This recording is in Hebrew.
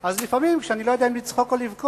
אז לפעמים כשאני לא יודע אם לצחוק או לבכות,